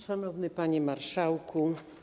Szanowny Panie Marszałku!